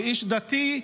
ואיש דתי,